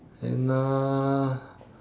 and uh